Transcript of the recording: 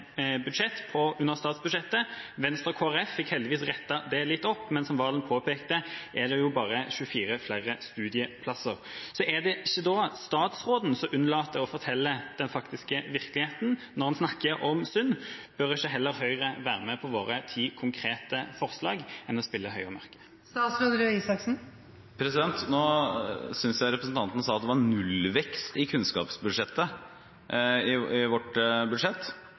budsjett under statsbudsjettet. Venstre og Kristelig Folkeparti fikk heldigvis rettet det litt opp, men som Serigstad Valen påpekte, er det bare 24 flere studieplasser. Er det ikke da statsråden som unnlater å fortelle den faktiske virkeligheten? Når han snakker om synd, bør ikke heller Høyre være med på våre ti konkrete forslag enn å spille høy og mørk? Nå synes jeg representanten sa at det var nullvekst i kunnskapsbudsjettet i statsbudsjettet. Ikke i